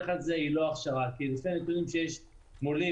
לך את זה כי לפי הנתונים שיש מולי,